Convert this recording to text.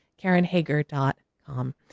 karenhager.com